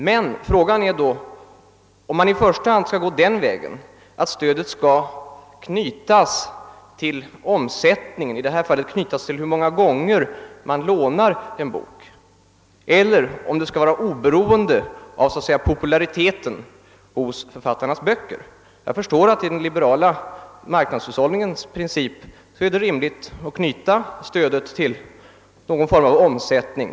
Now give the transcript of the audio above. Men frågan är då om man i första hand skall gå den vägen att stödet skall knytas till omsättningen — i detta fall till hur många gånger man lånar en bok — eller om det skall vara oberoende av populariteten hos författarnas böcker. Jag förstår att i den liberala marknadshushållningens princip är det rimligt att knyta stödet till någon form av omsättning.